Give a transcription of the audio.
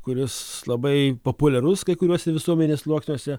kuris labai populiarus kai kuriuose visuomenės sluoksniuose